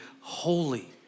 holy